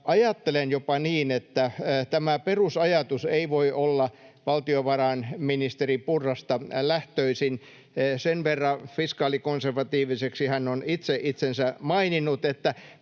ajattelen jopa niin, että tämä perusajatus ei voi olla valtiovarainministeri Purrasta lähtöisin. Sen verran fiskaalikonservatiiviseksi hän on itse itsensä maininnut, että